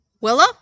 willow